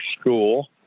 school